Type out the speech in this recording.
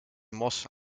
mos